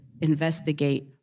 investigate